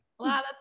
Wow